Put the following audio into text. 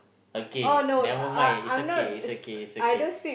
again never mind it's okay it's okay it's okay